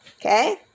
Okay